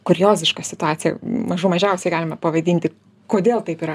kurioziška situacija mažų mažiausiai galime pavadinti kodėl taip yra